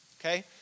Okay